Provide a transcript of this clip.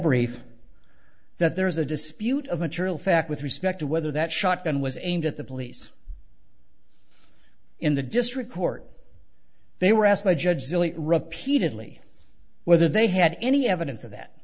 brief that there is a dispute of material fact with respect to whether that shotgun was aimed at the police in the district court they were asked by judge repeatedly whether they had any evidence of that